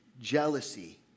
jealousy